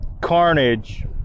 Carnage